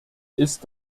ist